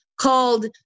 called